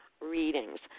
readings